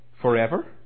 forever